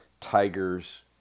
Tigers